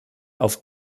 auf